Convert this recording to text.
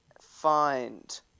find